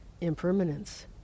impermanence